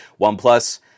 OnePlus